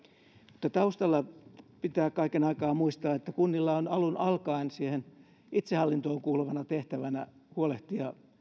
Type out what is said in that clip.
mutta taustalla pitää kaiken aikaa muistaa että kunnilla on alun alkaen itsehallintoon kuuluvana tehtävänä huolehtia